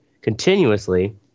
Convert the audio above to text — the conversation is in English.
continuously